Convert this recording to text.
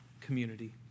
community